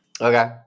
Okay